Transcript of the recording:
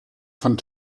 von